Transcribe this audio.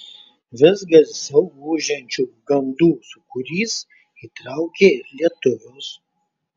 vis garsiau ūžiančių gandų sūkurys įtraukė ir lietuvius